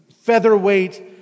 featherweight